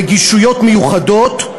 רגישויות מיוחדות,